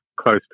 close